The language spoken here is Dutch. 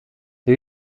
doe